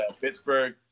Pittsburgh